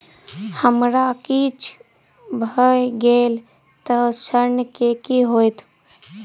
हमरा किछ भऽ गेल तऽ ऋण केँ की होइत?